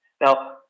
Now